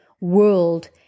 world